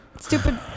Stupid